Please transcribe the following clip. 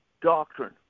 doctrine